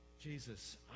Jesus